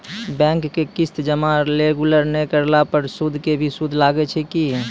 Bank के किस्त जमा रेगुलर नै करला पर सुद के भी सुद लागै छै कि?